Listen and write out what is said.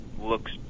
looks